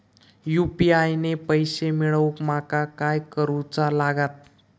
UPI ने पैशे मिळवूक माका काय करूचा लागात?